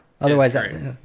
otherwise